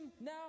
now